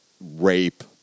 rape